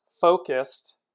focused